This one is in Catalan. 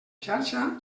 xarxa